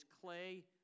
clay